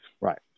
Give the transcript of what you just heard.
Right